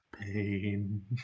Pain